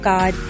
God